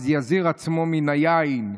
יזיר עצמו מן היין.